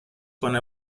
کنه